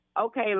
okay